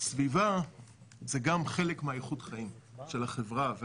סביבה זה גם חלק מאיכות החיים של החברה.